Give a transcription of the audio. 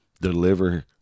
deliver